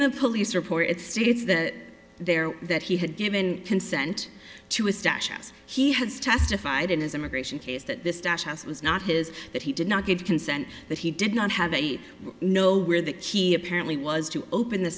the police report it states that there that he had given consent to a stash yes he has testified in his immigration case that this stash house was not his that he did not get consent that he did not have a no where the key apparently was to open